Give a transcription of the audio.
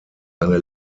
eine